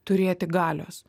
turėti galios